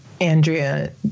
Andrea